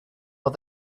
but